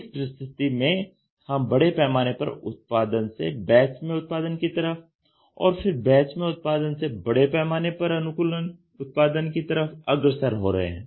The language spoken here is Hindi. इस परिस्थिति में हम बड़े पैमाने पर उत्पादन से बैच में उत्पादन की तरफ और फिर बैच में उत्पादन से बड़े पैमाने पर अनुकूलन उत्पादन की तरफ अग्रसर हो रहे हैं